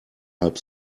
halb